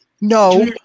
No